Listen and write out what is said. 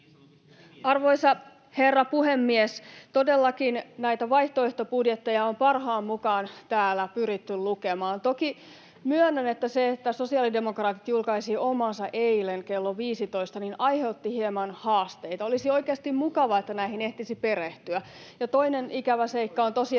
Arvoisa herra puhemies! Todellakin näitä vaihtoehtobudjetteja on parhaan mukaan täällä pyritty lukemaan. Toki myönnän, että se, että sosiaalidemokraatit julkaisivat omaansa eilen kello 15, aiheutti hieman haasteita. Olisi oikeasti mukavaa, että näihin ehtisi perehtyä. Toinen ikävä seikka on tosiaan